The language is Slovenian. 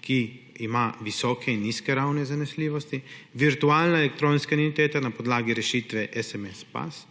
ki ima visoke in nizke ravni zanesljivosti, virtualna elektronska identiteta na podlagi rešitve smsPASS,